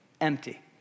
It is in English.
empty